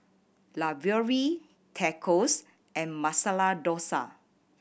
Ravioli Tacos and Masala Dosa